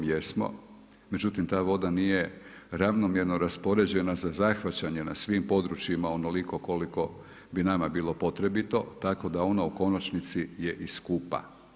Jesmo, međutim ta voda nije ravnomjerno raspoređena za zahvaćanje na svim područjima onoliko koliko bi nama bilo potrebito tako da ona u konačnici je i skupa.